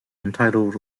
entitled